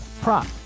prop